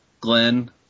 Glenn